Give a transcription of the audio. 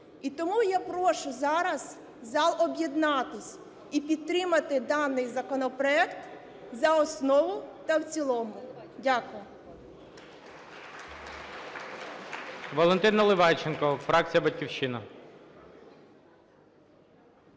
І тому я прошу зараз зал об'єднатися і підтримати даний законопроект за основу та в цілому. Дякую.